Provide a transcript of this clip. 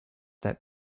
that